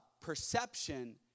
Perception